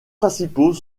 principaux